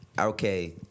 okay